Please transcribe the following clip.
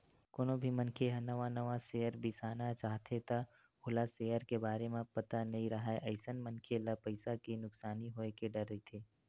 कोनो भी मनखे ह नवा नवा सेयर बिसाना चाहथे त ओला सेयर के बारे म पता नइ राहय अइसन मनखे ल पइसा के नुकसानी होय के डर रहिथे